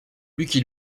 lucky